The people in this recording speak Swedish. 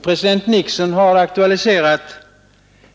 President Nixon har aktualiserat